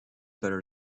better